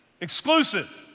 exclusive